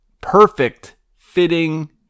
Perfect-fitting